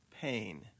pain